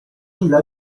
ilha